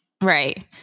Right